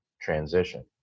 transition